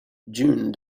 june